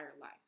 life